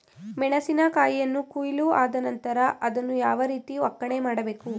ಮೆಣಸಿನ ಕಾಯಿಯನ್ನು ಕೊಯ್ಲು ಆದ ನಂತರ ಅದನ್ನು ಯಾವ ರೀತಿ ಒಕ್ಕಣೆ ಮಾಡಬೇಕು?